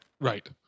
Right